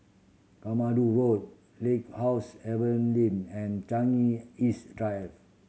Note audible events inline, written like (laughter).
Katmandu Road (unintelligible) house (unintelligible) and Changi East Drive